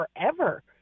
forever